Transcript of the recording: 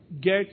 get